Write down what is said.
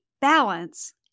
balance